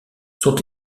sont